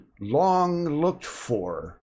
long-looked-for